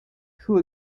who